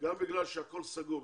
בגלל שהכול סגור.